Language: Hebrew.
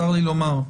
צר לי לומר.